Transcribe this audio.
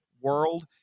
world